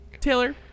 Taylor